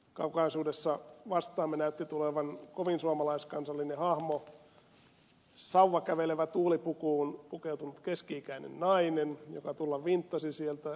kaukaisuudessa vastaamme näytti tulevan kovin suomalaiskansallinen hahmo sauvakävelevä tuulipukuun pukeutunut keski ikäinen nainen joka tulla vinttasi sieltä